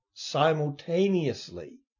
simultaneously